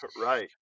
Right